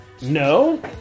No